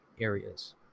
areas